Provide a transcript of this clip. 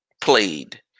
played